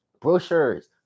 brochures